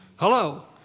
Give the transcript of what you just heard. Hello